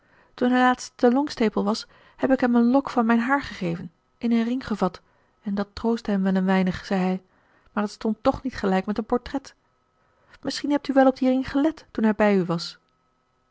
laatst te longstaple was heb ik hem een lok van mijn haar gegeven in een ring gevat en dat troostte hem wel een weinig zei hij maar het stond toch niet gelijk met een portret misschien hebt u wel op dien ring gelet toen hij bij u was